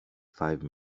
five